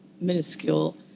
minuscule